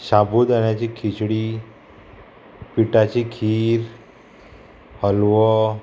शाबुदान्याची खिचडी पिठाची खीर हलवो